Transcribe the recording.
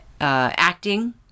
acting